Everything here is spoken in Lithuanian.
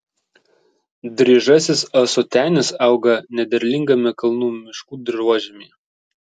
dryžasis ąsotenis auga nederlingame kalnų miškų dirvožemyje